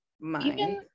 mind